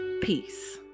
peace